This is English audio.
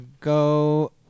go